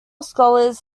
scholars